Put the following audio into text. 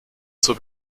zur